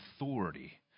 authority